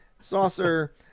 saucer